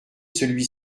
celui